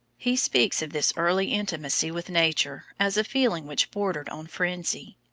he speaks of this early intimacy with nature as a feeling which bordered on frenzy.